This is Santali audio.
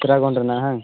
ᱯᱮᱨᱟᱜᱚᱱ ᱨᱮᱱᱟᱜ ᱦᱟᱝ